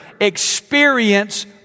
experience